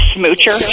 Smoocher